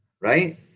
right